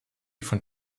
von